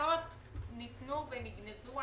המסקנות ניתנו ונגנזו.